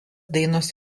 dainos